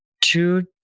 two